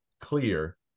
clear